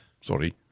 Sorry